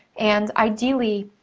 and ideally,